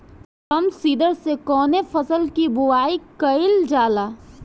Drum seeder से कवने फसल कि बुआई कयील जाला?